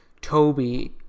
Toby